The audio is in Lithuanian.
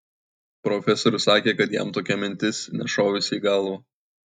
profesorius sakė kad jam tokia mintis nešovusi į galvą